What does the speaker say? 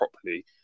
properly